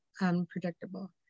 unpredictable